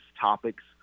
topics